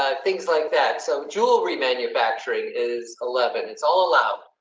ah things like that. so, jewelry manufacturing is eleven. it's all allowed.